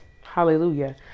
hallelujah